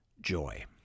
joy